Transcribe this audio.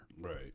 Right